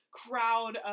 crowd